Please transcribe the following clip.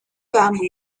bamboo